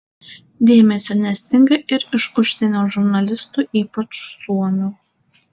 dėmesio nestinga ir iš užsienio žurnalistų ypač suomių